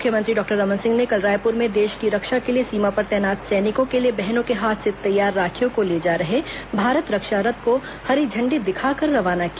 मुख्यमंत्री डॉक्टर रमन सिंह ने कल रायपुर में देश की रक्षा के लिए सीमा पर तैनात सैनिकों के लिए बहनों के हाथ से तैयार राखियों को ले जा रहे भारत रक्षा रथ को हरी झंडी दिखाकर रवाना किया